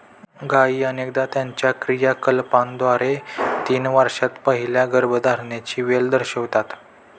गायी अनेकदा त्यांच्या क्रियाकलापांद्वारे तीन वर्षांत पहिल्या गर्भधारणेची वेळ दर्शवितात